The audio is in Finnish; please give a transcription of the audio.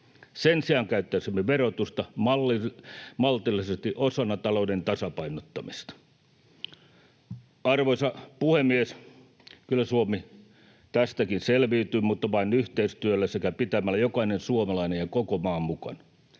Sen sijaan käyttäisimme verotusta maltillisesti osana talouden tasapainottamista. Arvoisa puhemies! Kyllä Suomi tästäkin selviytyy, mutta vain yhteistyöllä sekä pitämällä jokainen suomalainen ja koko maa mukana.